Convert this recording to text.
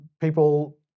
People